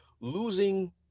losing